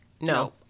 no